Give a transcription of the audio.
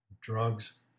drugs